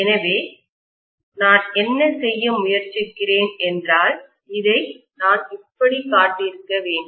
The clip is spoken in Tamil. எனவே நான் என்ன செய்ய முயற்சிக்கிறேன் என்றால் இதை நான் இப்படி காட்டியிருக்க வேண்டும்